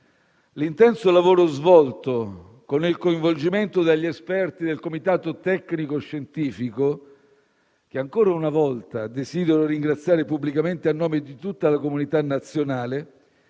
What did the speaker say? L'intenso lavoro svolto, con il coinvolgimento degli esperti del comitato tecnico-scientifico - che, ancora una volta, desidero ringraziare pubblicamente a nome di tutta la comunità nazionale